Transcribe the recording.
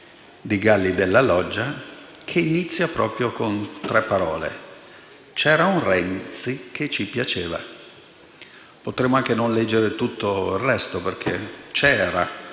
di Galli della Loggia inizia proprio con queste parole: «C'era un Renzi che ci piaceva». Potremmo anche non leggere tutto il resto, perché «c'era»